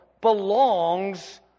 belongs